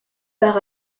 par